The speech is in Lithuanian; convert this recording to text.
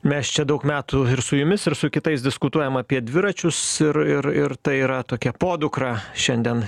mes čia daug metų ir su jumis ir su kitais diskutuojam apie dviračius ir ir ir tai yra tokia podukra šiandien